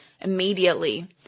immediately